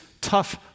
tough